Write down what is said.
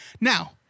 Now